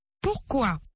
Pourquoi